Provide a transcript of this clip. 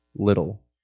little